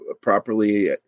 properly